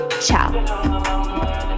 ciao